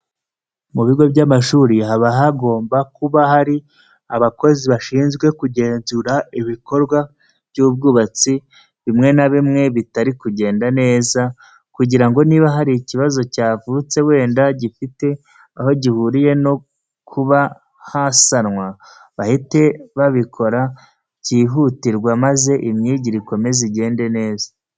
Mu bigo by'amashuri haba hagomba kuba hari abakozi bashinzwe kugenzura ibikorwa by'ubwubatsi bimwe na bimwe bitari kugenda neza, kugira ngo niba hari ikibazo cyavutse wenda gifite aho gihuriye no kuba hasanwa bahite babikora byihutirwa maze imyigire ikomeze igende neza.